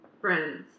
friends